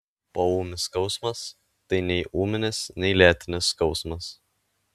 poūmis skausmas tai nei ūminis nei lėtinis skausmas